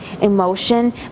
emotion